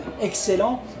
excellent